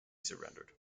surrendered